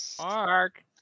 Mark